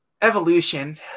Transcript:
Evolution